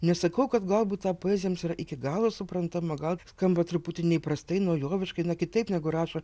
nesakau kad galbūt ta poezija jiems yra iki galo suprantama gal skamba truputį neįprastai naujoviškai na kitaip negu rašo